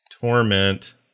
Torment